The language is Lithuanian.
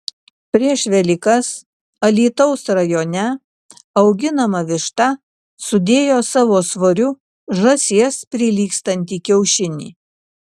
prieš velykas alytaus rajone auginama višta sudėjo savo svoriu žąsies prilygstantį kiaušinį